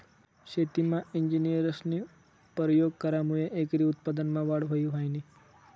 शेतीमा इंजिनियरस्नी परयोग करामुये एकरी उत्पन्नमा वाढ व्हयी ह्रायनी